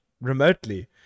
remotely